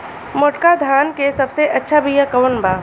मोटका धान के सबसे अच्छा बिया कवन बा?